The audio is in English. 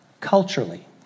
culturally